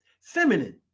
Feminine